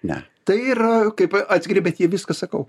ne tai yra kaip atskiri bet jie viskas sakau